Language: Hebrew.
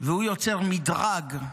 הוא יוצר מדרג,